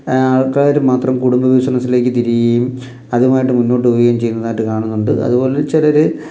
ആൾക്കാർ മാത്രം കുടുംബ ബിസിനസ്സിലേക്ക് തിരിയുകയും അതുമായിട്ട് മുന്നോട്ട് പോവുകയും ചെയ്യുന്നതായിട്ട് കാണുന്നുണ്ട് അതുപോലെ ചിലർ